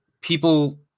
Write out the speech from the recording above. people